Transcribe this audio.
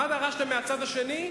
מה דרשתם מהצד השני?